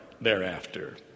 thereafter